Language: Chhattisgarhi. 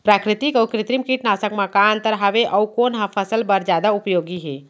प्राकृतिक अऊ कृत्रिम कीटनाशक मा का अन्तर हावे अऊ कोन ह फसल बर जादा उपयोगी हे?